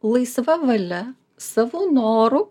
laisva valia savo noru